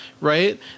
right